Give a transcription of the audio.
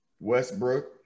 Westbrook